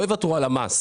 לא יוותרו על המס